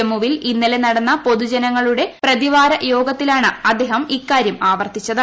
ജമ്മുവിൽ ഇന്നലെ നടന്ന പൊതുജനങ്ങളുടെ പ്രതിവാര യോഗത്തിലാണ് അദ്ദേഹം ഇക്കാര്യം ആവർത്തിച്ചത്